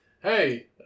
hey